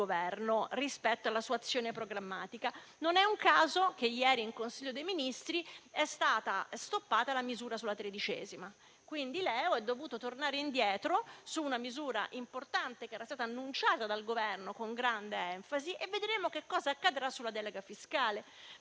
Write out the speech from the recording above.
Non è un caso se ieri, nel Consiglio dei ministri, è stata stoppata la misura sulla tredicesima. Leo è dovuto tornare indietro su una misura importante che era stata annunciata dal Governo con grande enfasi. Vedremo che cosa accadrà sulla delega fiscale,